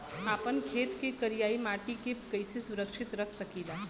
आपन खेत के करियाई माटी के कइसे सुरक्षित रख सकी ला?